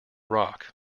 rock